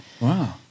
Wow